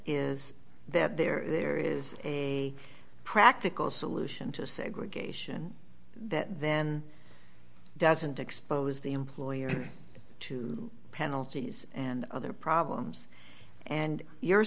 that there is a practical solution to segregation that then doesn't expose the employer to penalties and other problems and you're